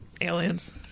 aliens